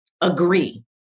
agree